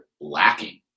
lacking